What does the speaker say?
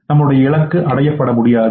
உங்கள் இலக்கு அடையப்படாது